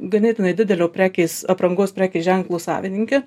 ganėtinai didelio prekės aprangos prekės ženklo savininke